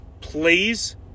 Please